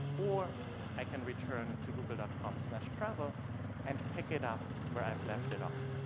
or, i can return to google dot com slash travel and pick it up where i've left it off.